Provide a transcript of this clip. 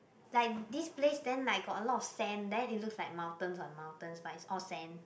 like this place then like got a lot of sand then it looks like mountains on mountains but is all sands